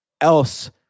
else